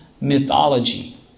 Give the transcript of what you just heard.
mythology